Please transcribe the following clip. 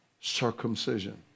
circumcision